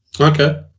Okay